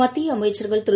மத்திய அமைச்சர்கள் திரு